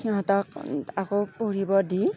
সিহঁতক আকৌ পঢ়িব দি